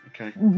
Okay